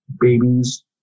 babies